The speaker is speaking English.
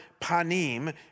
panim